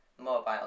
mobile